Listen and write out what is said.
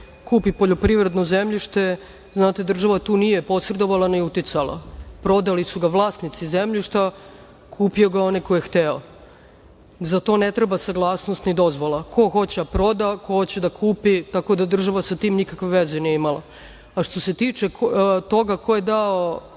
kupi poljoprivredno zemljište, znate država tu nije posredovala ni uticala. Prodali su ga vlasnici zemljišta, kupio gas je onaj ko je hteo. Za to ne treba saglasnost, ni dozvola ko hoće da proda, ko hoće da kupi, tako da država sa tim nikakve veze nije imala. Što se tiče toga ko je dao